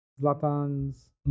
Zlatan's